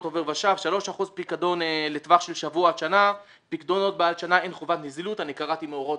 זה יבוא לכאן לוועדה ונצטרך להכריע כמו שאנחנו עושים בדברים אחרים.